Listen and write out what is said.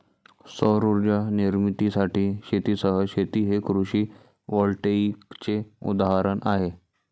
सौर उर्जा निर्मितीसाठी शेतीसह शेती हे कृषी व्होल्टेईकचे उदाहरण आहे